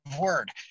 word